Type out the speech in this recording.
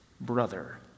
brother